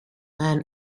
man